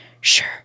Sure